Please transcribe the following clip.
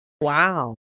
Wow